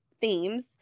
themes